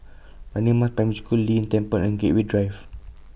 Radin Mas Primary School Lei Yin Temple and Gateway Drive